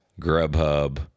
Grubhub